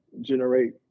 generate